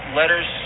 letters